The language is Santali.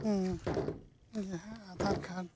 ᱦᱮᱸ ᱡᱟᱦᱟᱸ ᱟᱫᱷᱟᱨ ᱠᱟᱨᱰ